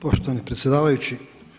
Poštovani predsjedavajući.